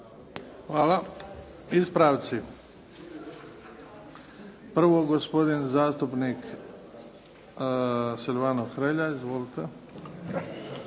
Hvala. Ispravci. Prvo gospodin zastupnik Silvano Hrelja. Izvolite.